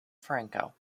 franco